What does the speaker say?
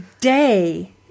day